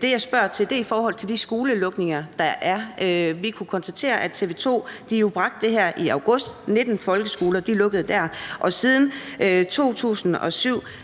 Det, jeg spørger til, er i forhold til de skolelukninger, der er. Vi kunne konstatere, at TV 2 jo bragte det her i august. 19 folkeskoler lukkede dér. I sin tid,